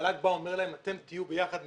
המל"ג בא ואומר להם שהם יהיו ביחד עם